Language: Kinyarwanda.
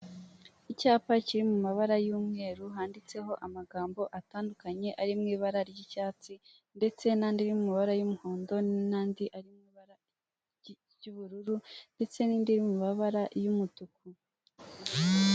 Icyapa kiri mu amabara y'umweru handitseho amagambo atandukanye ari mu ibara ry'icyatsi ndetse n'andi y'ama mabara y'umuhondo, n'andi arimo ibara ry'ubururu ndetse n'indi mibabara y'umutuku.